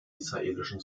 israelischen